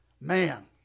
man